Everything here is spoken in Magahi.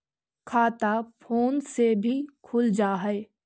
खाता फोन से भी खुल जाहै?